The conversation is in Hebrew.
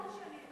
עשרות שנים,